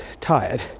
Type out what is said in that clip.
tired